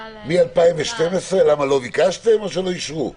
מ-2012 לא ביקשתם או שלא אישרו?